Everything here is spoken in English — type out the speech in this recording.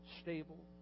stable